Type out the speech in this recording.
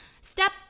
step